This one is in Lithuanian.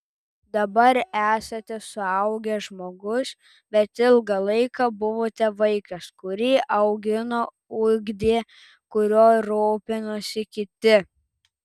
dabar esate suaugęs žmogus bet ilgą laiką buvote vaikas kurį augino ugdė kuriuo rūpinosi kiti